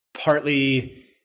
partly